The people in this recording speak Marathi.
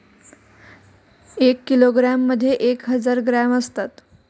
एक किलोग्रॅममध्ये एक हजार ग्रॅम असतात